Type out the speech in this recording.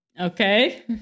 Okay